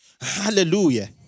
Hallelujah